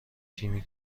تیمی